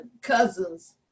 cousins-